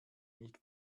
nicht